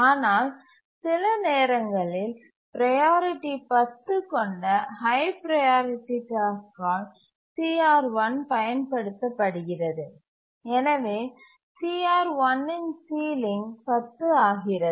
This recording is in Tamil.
ஆனால் சில நேரங்களில் ப்ரையாரிட்டி 10 கொண்ட ஹய் ப்ரையாரிட்டி டாஸ்க்கால் CR1 பயன்படுத்தப்படுகிறது எனவே CR1 இன் சீலிங் 10 ஆகிறது